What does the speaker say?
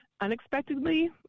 unexpectedly